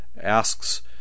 asks